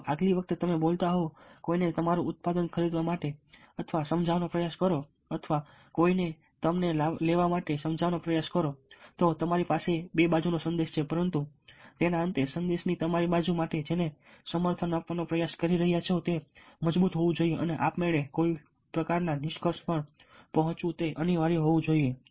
જો આગલી વખતે તમે બોલતા હોવ કોઈને તમારું ઉત્પાદન ખરીદવા માટે સમજાવવાનો પ્રયાસ કરો અથવા કોઈને તમને લેવા માટે સમજાવવાનો પ્રયાસ કરો તો તમારી પાસે બે બાજુનો સંદેશ છે પરંતુ તેના અંતે સંદેશની તમારી બાજુ માટે તમે જેને સમર્થન આપવાનો પ્રયાસ કરી રહ્યા છો તે મજબૂત હોવું જોઈએ અને આપમેળે કોઈક પ્રકારના નિષ્કર્ષ પર પહોંચવું તે અનિવાર્ય હોવું જોઈએ